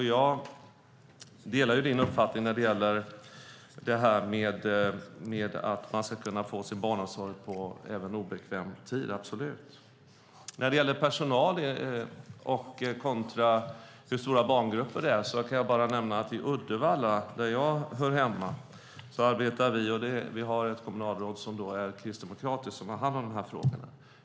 Jag delar absolut Eva Olofssons uppfattning att man ska kunna få barnomsorg även på obekväm tid. När det gäller personal kontra storleken på barngrupperna kan jag nämna att i Uddevalla, där jag hör hemma, har vi ett kristdemokratiskt kommunalråd som har hand om dessa frågor.